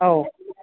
ആ ഓ